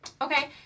Okay